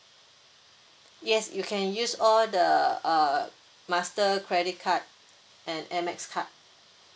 yes you can use all the uh master credit card and A mex card